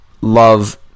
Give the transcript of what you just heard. love